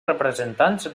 representants